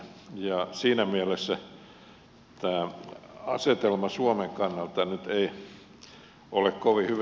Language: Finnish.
ja siinä mielessä tämä asetelma suomen kannalta nyt ei ole kovin hyvä